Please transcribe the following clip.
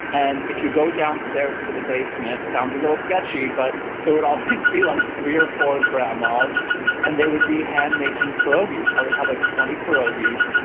and if you go downstairs to the basement, sounds a little sketchy, but there would always be like three or four grandmas and they would be hand-making pierogies. i would have like twenty pierogi.